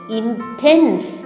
intense